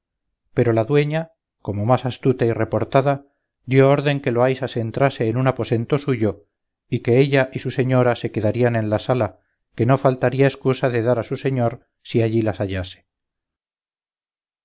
pero la dueña como más astuta y reportada dio orden que loaysa se entrase en un aposento suyo y que ella y su señora se quedarían en la sala que no faltaría escusa que dar a su señor si allí las